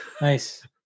nice